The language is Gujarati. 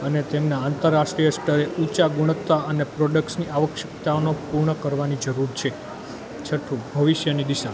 અને તેમના આંતરરાષ્ટ્રીય સ્તરે ઊંચા ગુણતા અને પ્રોડકસની આવશ્યકતાને પૂર્ણ કરવાની જરૂર છે છઠ્ઠું ભવિષ્યની દિશા